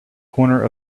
corner